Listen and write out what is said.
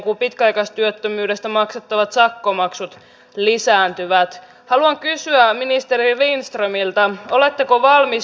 kun katsoo tätä julkisen talouden tilaa se on heikko